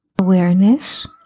Awareness